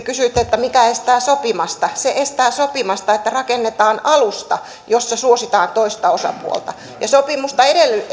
kysyitte mikä estää sopimasta se estää sopimasta että rakennetaan alusta jossa suositaan toista osapuolta ja sopimusta